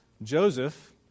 Joseph